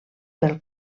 pel